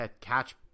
catch